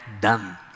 done